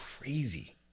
crazy